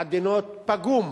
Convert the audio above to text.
עדינות, פגום